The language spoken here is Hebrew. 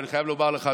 ואני חייב לומר לך,